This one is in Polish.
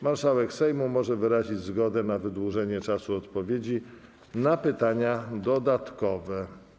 Marszałek Sejmu może wyrazić zgodę na wydłużenie czasu odpowiedzi na pytania dodatkowe.